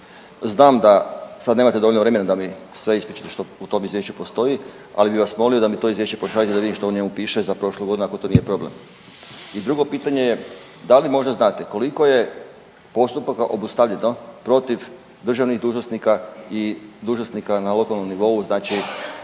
Znam da nemate dovoljno vremena da mi sve ispričate što u tom Izvješću postoji, ali bi vas molio da mi to Izvješće pošaljete da vidim što u njemu piše za prošlu godinu ako to nije problem. I drugo pitanje je, da li možda znate koliko je postupaka obustavljeno protiv državnih dužnosnika i dužnosnika na lokalnom nivou, znači